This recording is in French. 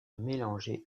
mélanger